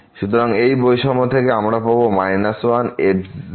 সুতরাং এই বৈষম্য থেকে আমরা পাবো 1≤f 0≤3